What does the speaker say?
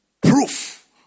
proof